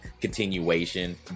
continuation